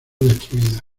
destruidas